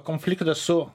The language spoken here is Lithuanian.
konfliktą su